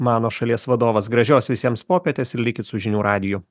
mano šalies vadovas gražios visiems popietės ir likit su žinių radiju